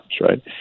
right